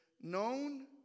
known